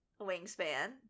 wingspan